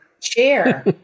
chair